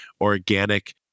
organic